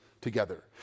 together